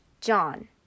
John